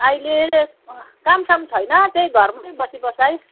अहिले कामसाम छैन त्यही घरमै बसिबसाइ